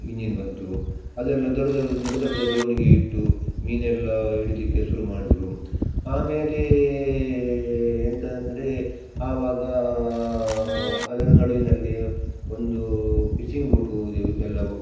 engine ಬಂತು ಅದೆಲ್ಲ ದೊಡದವ್ದ್ ದೊಡ ದೊಡ್ಡ ದೋಣಿಗೆ ಇಟ್ಟು ಮೀನೆಲ್ಲ ಹಿಡೀಲಿಕ್ಕೆ ಶುರು ಮಾಡಿದ್ರು ಆಮೇಲೇ ಎಂತ ಅಂದ್ರೆ ಆವಾಗ ಅದರ ನಡುವಿನಲ್ಲೇ ಒಂದು ಫಿಶಿಂಗ್ ಬೋಟು ಇದು ಎಲ್ಲ